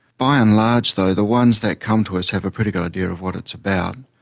by and large though the ones that come to us have a pretty good idea of what it's about.